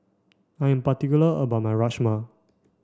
I'm particular about my Rajma